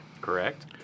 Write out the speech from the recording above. Correct